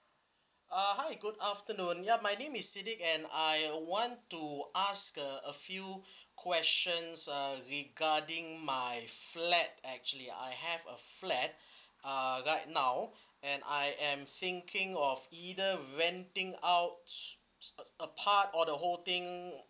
uh hi good afternoon ya my name is sidek and I want to ask uh a few questions uh regarding my flat actually I have a flat uh right now and I am thinking of either renting out uh apart or the whole thing